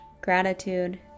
gratitude